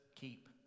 keep